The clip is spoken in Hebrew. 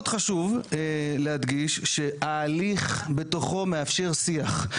מאוד חשוב להדגיש שההליך בתוכו מאפשר שיח.